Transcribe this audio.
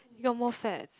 you got more fats